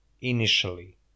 initially